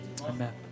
Amen